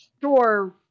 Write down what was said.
sure